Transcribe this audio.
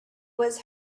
was